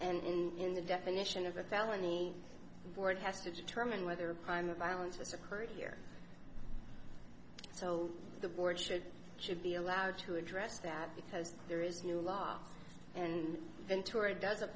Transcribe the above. and in in the definition of a felony the board has to determine whether crime of violence has occurred here so the board should should be allowed to address that because there is new law and ventura does